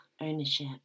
ownership